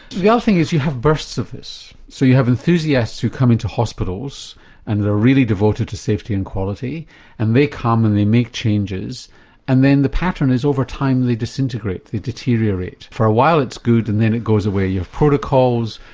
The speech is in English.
the other thing is you have bursts of this so you have enthusiasts who come into hospitals and they are really devoted to safety and quality and they come and they make changes and then the pattern is over time they disintegrate, they deteriorate. for a while it's good and then it goes away, you have protocols,